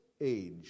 age